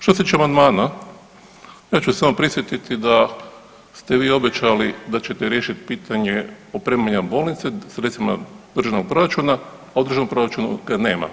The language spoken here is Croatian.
Što se tiče amandmana ja ću se samo prisjetiti da ste vi obećali da ćete riješiti pitanje opremanja bolnice sredstvima državnog proračuna, a u državnom proračunu ga nema.